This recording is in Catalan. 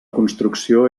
construcció